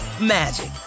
magic